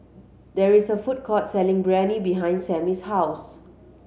there is a food court selling Biryani behind Sammy's house